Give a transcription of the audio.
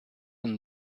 and